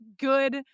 good